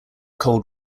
cold